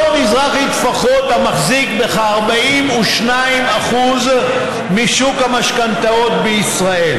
אותו מזרחי טפחות המחזיק בכ-42% משוק המשכנתאות בישראל,